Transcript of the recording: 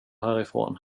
härifrån